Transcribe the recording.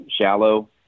shallow